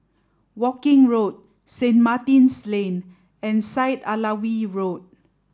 Woking Road Saint Martin's Lane and Syed Alwi Road